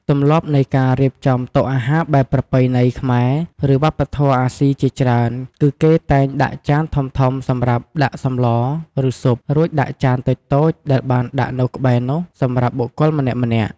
ទម្លាប់នៃការរៀបចំតុអាហារបែបប្រពៃណីខ្មែរ ឬវប្បធម៌អាស៊ីជាច្រើន គឺគេតែង ដាក់ចានធំៗសម្រាប់ដាក់សម្ល ឬស៊ុប រួចដាក់ចានតូចៗដែលបានដាក់នៅក្បែរនោះ សម្រាប់បុគ្គលម្នាក់ៗ។